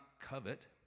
covet